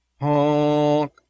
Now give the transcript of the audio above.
honk